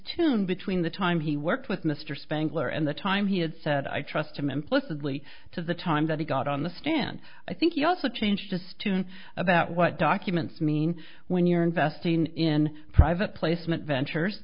in between the time he worked with mr spangler and the time he had said i trust him implicitly to the time that he got on the stand i think you also changed this tune about what documents mean when you're investing in private placement ventures